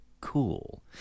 cool